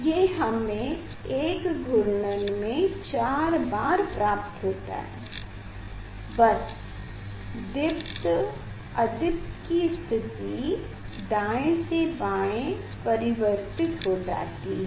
ये हमें एक घूर्णन में 4 बार प्राप्त होता है बस दीप्त अदीप्त कि स्थिति दाएँ से बाएँ परीवर्तित हो जाती है